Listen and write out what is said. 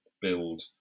build